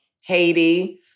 Haiti